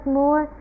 more